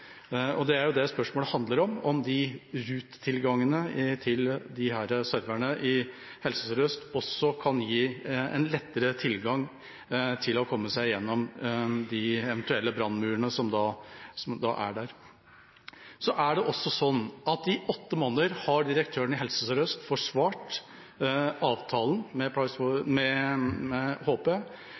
Og det er det spørsmålet handler om – om ruter-tilgangene til serverne i Helse Sør-Øst også kan gi en lettere tilgang til å komme seg igjennom de eventuelle brannmurene som er der. I åtte måneder har direktøren i Helse Sør-Øst forsvart avtalen med HP og sagt at det ikke er mulig å komme i kontakt med